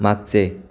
मागचे